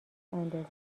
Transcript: اندازه